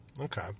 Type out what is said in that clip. okay